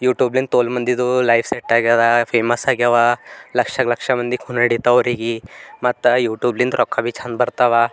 ಯೂಟ್ಯೂಬ್ಲಿಂದ ತೋಲು ಮಂದಿದು life set ಆಗ್ಯದ ಫೇಮಸ್ ಆಗ್ಯಾವ ಲಕ್ಷ ಲಕ್ಷ ಮಂದಿ ಖೂನೇ ಹಿಡಿತು ಅವ್ರಿಗೆ ಮತ್ತು ಯೂಟ್ಯೂಬ್ಲಿಂದ ರೊಕ್ಕ ಭಿ ಚಂದ ಬರ್ತಾವ